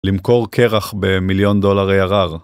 למכור קרח במיליון דולר arr